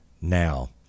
now